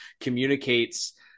communicates